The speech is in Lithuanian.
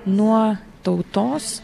nuo tautos